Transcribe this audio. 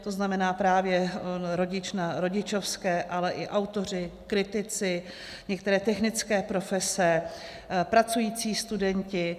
To znamená právě rodič na rodičovské, ale i autoři, kritici, některé technické profese, pracující studenti.